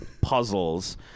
puzzles